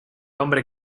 hombre